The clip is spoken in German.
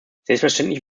selbstverständlich